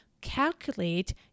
calculate